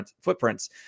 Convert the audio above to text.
footprints